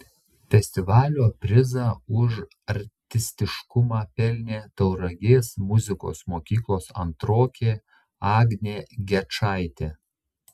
festivalio prizą už artistiškumą pelnė tauragės muzikos mokyklos antrokė agnė gečaitė